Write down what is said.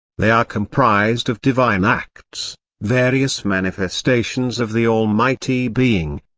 they are comprised of divine acts various manifestations of the almighty being.